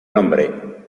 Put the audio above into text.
nombre